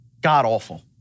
god-awful